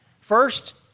First